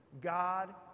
God